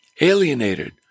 alienated